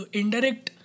indirect